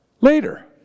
later